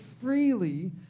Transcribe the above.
freely